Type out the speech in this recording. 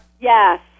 Yes